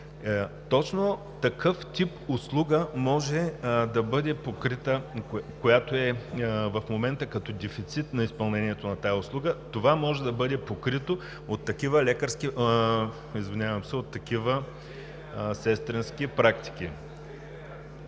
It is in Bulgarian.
Точно такъв тип услуга може да бъде покрита, която в момента е като дефицит на изпълнението на тази услуга, може да бъде покрита от такива лекарски,